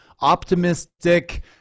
optimistic